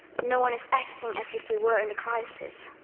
no one is acting as if we were in a crisis.